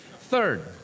Third